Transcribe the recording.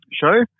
show